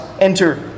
enter